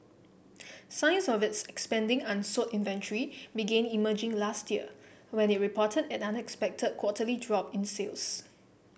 signs of its expanding unsold inventory began emerging last year when it reported an unexpected quarterly drop in sales